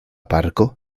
parko